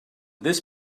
this